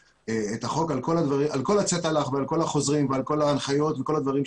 את החוק על כל הצ'טלך ועל כל החוזרים ועל כל ההנחיות שמשרד